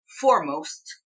foremost